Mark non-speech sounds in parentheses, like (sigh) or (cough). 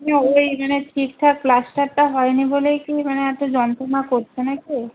(unintelligible) ওই মানে ঠিকঠাক প্লাস্টারটা হয়নি বলেই কি মানে এত যন্ত্রণা করছে না কি